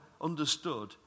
understood